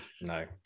No